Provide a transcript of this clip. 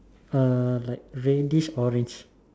uh like reddish orange